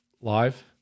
live